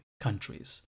countries